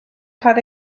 cael